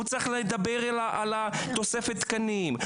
הוא צריך לדבר על תוספת תקנים,